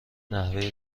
نحوه